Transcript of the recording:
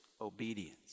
obedience